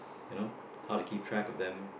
you know how to keep track of them